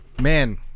Man